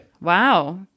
Wow